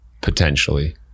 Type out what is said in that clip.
potentially